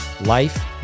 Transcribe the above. Life